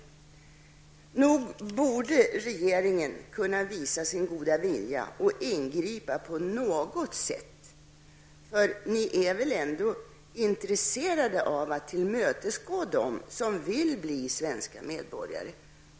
Nog borde regeringen kunna visa sin goda vilja och ingripa på något sätt! Ni är väl ändå intresserade av att tillmötesgå önskemålen från dem som vill bli svenska medborgare?